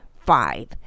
five